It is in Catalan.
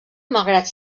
malgrat